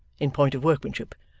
in point of workmanship,